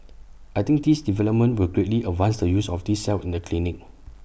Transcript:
I think this development will greatly advance the use of these cells in the clinic